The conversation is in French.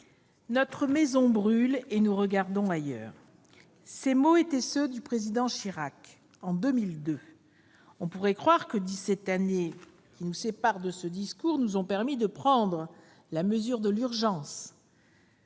Notre maison brûle, et nous regardons ailleurs ». Ces mots étaient ceux du Président Chirac en 2002. On pourrait croire que les dix-sept années qui nous séparent de ce discours ont permis de prendre la mesure de l'urgence.